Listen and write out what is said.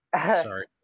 Sorry